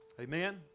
Amen